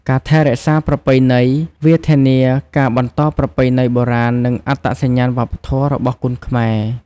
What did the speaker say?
ការថែរក្សាប្រពៃណី វាធានាការបន្តប្រពៃណីបុរាណ និងអត្តសញ្ញាណវប្បធម៌របស់គុនខ្មែរ។